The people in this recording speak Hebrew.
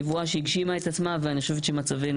נבואה שהגשימה את עצמה ואני חושבת שמצבנו